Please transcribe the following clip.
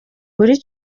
buri